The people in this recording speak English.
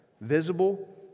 visible